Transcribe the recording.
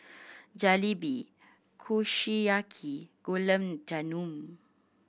Jalebi Kushiyaki Gulab Jamun